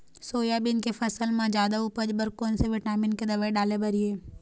Soybean के फसल म जादा उपज बर कोन से विटामिन के दवई डाले बर ये?